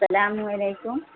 سلام علیکم